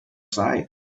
side